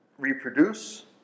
reproduce